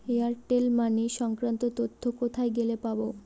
Airtel money সংক্রান্ত তথ্য কোথায় গেলে পাব?